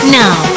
now